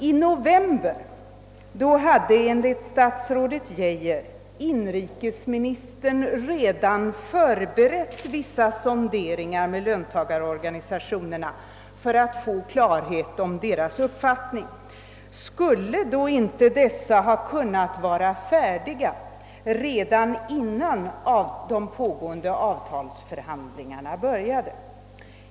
I november hade enligt statsrådet Geijer inrikesministern redan förberett vissa sonderingar med löntagarorganisationerna för att få klarhet om deras uppfattning. Skulle då inte dessa sonderingar ha kunnat vara färdiga redan innan de nu pågående avtalsförhandlingarna började?